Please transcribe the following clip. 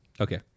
Okay